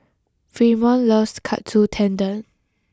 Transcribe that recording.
Fremont loves Katsu Tendon